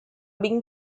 being